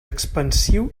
expansiu